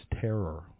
terror